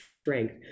strength